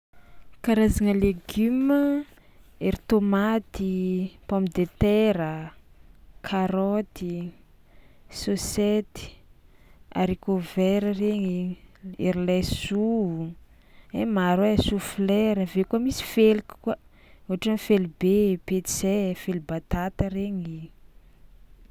Karazagna legioma: ery tômaty, pomme de terre a, karaoty, sôsety, haricots verts regny, ery laisoa, e maro ai choux fleurs, avy eo koa misy feliky koa ohatra hoe felibe, petsay, felibatata regny.